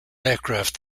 aircraft